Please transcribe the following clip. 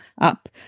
up